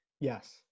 Yes